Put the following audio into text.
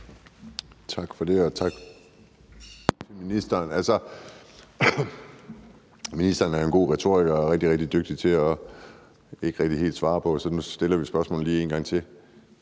Tak for det, og tak til ministeren. Ministeren er jo en god retoriker og rigtig, rigtig dygtig til ikke rigtig helt at svare, så nu stiller vi lige spørgsmålet en gang til.